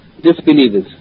disbelievers